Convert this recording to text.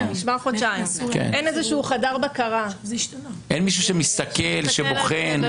אין מישהו שמסתכל, שבוחן?